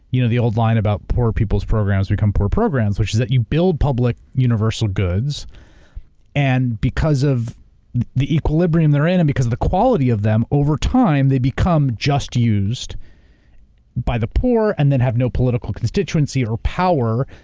you know the old line about poor people's programs become poor programs, which is that you build public universal goods and because of the equilibrium they're in, and because of the quality of them, over time they become just used by the poor, and then have no political constituency or power,